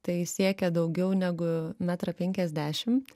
tai siekia daugiau negu metrą penkiasdešim